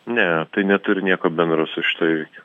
ne tai neturi nieko bendro su šituo įvykiu